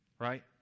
right